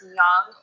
young